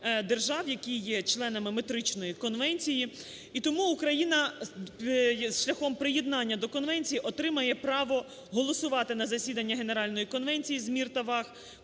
держав, які є членами Метричної конвенції, і тому Україна шляхом приєднання до конвенції отримає право голосувати на засіданні Генеральної конференції з мір та ваг,